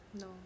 No